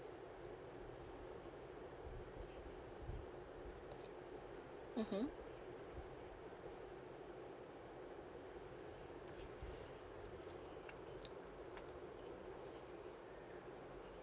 mmhmm